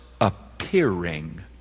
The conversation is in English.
appearing